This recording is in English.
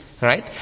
right